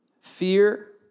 Fear